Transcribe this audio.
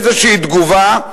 איזו תגובה.